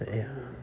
but ya